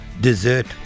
dessert